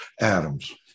Adams